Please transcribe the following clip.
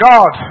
God